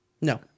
no